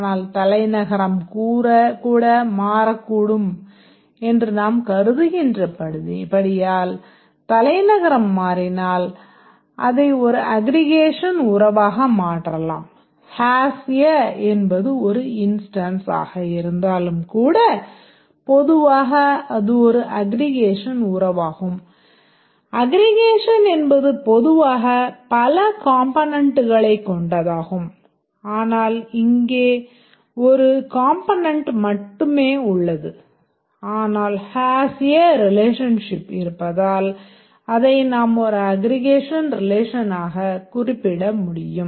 ஆனால் தலைநகரம் கூட மாறக்கூடும் என்று நாம் கருதுகின்ற படியால் தலைநகரம் மாறினால் அதை ஒரு அக்ரிகேஷன் உறவாக மாற்றலாம் ஹேஸ்ய ரிலேஷன்ஷிப் இருப்பதால் அதை நாம் ஒரு அக்ரிகேஷன் ரிலேஷனாகக் குறிப்பிட முடியும்